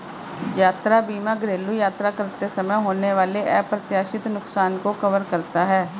यात्रा बीमा घरेलू यात्रा करते समय होने वाले अप्रत्याशित नुकसान को कवर करता है